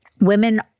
women